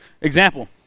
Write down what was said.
example